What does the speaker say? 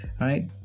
right